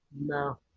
No